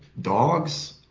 Dogs